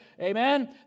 Amen